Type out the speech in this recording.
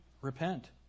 Repent